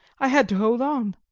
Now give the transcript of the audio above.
i had to hold on.